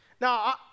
Now